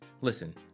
Listen